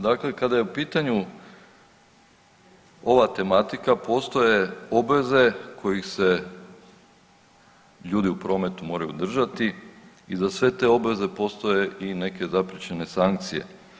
Dakle, kada je u pitanju ova tematika postoje obveze kojih se ljudi u prometu moraju držati i za sve te obaveze postoje i neke zapriječene sankcije.